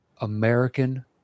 American